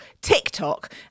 TikTok